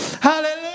hallelujah